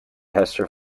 hester